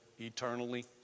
eternally